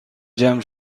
جمع